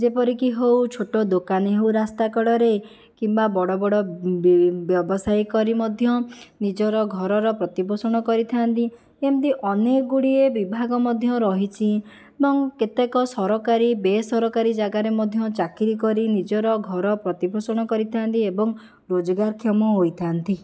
ଯେପରିକି ହେଉ ଛୋଟ ଦୋକାନୀ ହେଉ ରାସ୍ତା କଡ଼ରେ କିମ୍ବା ବଡ଼ ବଡ଼ ବ୍ୟବସାୟ କରି ମଧ୍ୟ ନିଜର ଘରର ପ୍ରତିପୋଷଣ କରିଥାନ୍ତି ଏମିତି ଅନେକ ଗୁଡ଼ିଏ ବିଭାଗ ମଧ୍ୟ ରହିଛି ଏବଂ କେତେକ ସରକାରୀ ବେସରକାରୀ ଜାଗାରେ ମଧ୍ୟ ଚାକିରି କରି ନିଜର ଘର ପ୍ରତିପୋଷଣ କରିଥାନ୍ତି ଏବଂ ରୋଜଗାରକ୍ଷମ ହୋଇଥାନ୍ତି